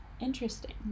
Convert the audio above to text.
interesting